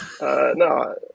No